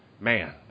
Man